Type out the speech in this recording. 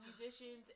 musicians